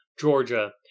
Georgia